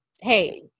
Hey